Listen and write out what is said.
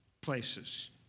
places